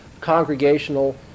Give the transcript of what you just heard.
congregational